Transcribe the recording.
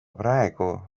praegu